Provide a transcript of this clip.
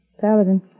Paladin